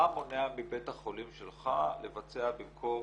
מה מונע מבית החולים שלך לבצע במקום